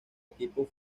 equipo